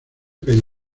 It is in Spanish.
calle